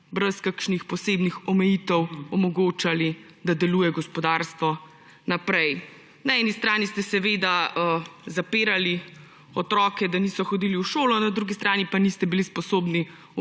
brez kakšnih posebnih omejitev omogočali, da deluje gospodarstvo naprej. Na eni strani ste seveda zapirali otroke, da niso hodili v šolo, na drugi strani pa niste bili sposobni